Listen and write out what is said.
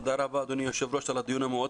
תודה רבה אדוני היושב-ראש על הדיון המאוד